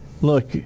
look